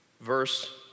Verse